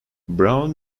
brown